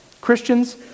Christians